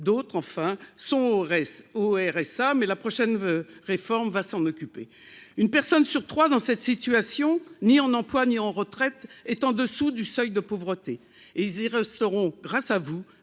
d'autres enfin sont restés au RSA mais la prochaine veut réforme va s'en occuper, une personne sur 3 dans cette situation, ni en emploi ni en retraite est en dessous du seuil de pauvreté, et ils y resteront, grâce à vous,